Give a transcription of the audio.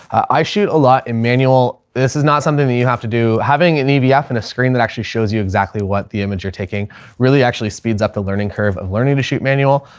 i shoot a lot in manual. this is not something that you have to do. having an evf and a screen that actually shows you exactly what the image you're taking really actually speeds up the learning curve of learning to shoot manual.